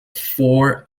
four